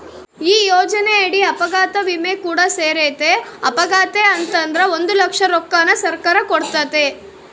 ಈ ಯೋಜನೆಯಡಿ ಅಪಘಾತ ವಿಮೆ ಕೂಡ ಸೇರೆತೆ, ಅಪಘಾತೆ ಆತಂದ್ರ ಒಂದು ಲಕ್ಷ ರೊಕ್ಕನ ಸರ್ಕಾರ ಕೊಡ್ತತೆ